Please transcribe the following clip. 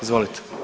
Izvolite.